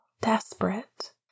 desperate